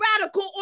radical